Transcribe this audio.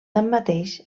tanmateix